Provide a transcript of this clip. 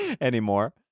anymore